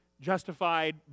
justified